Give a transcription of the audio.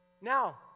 Now